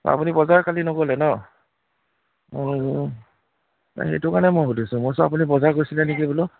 আপুনি বজাৰ কালি নগ'লে ন নাই সেইটো কাৰণে মই সুধিছোঁ মই ভাবিছোঁ আপুনি বজাৰ গৈছিলে নেকি বোলো